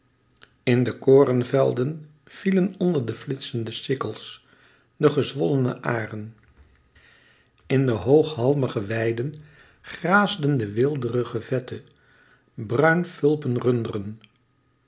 in de korenvelden vielen onder de flitsende sikkels de gezwollene âren in de hooghalmige weiden graasden de weelderig vette bruin fulpen runderen